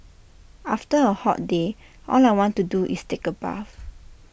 after A hot day all I want to do is take A bath